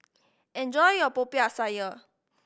enjoy your Popiah Sayur